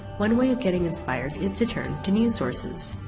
one way of getting inspired is to turn to news sources.